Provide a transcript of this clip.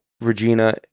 Regina